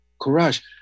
courage